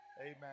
Amen